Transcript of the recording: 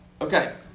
Okay